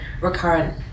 recurrent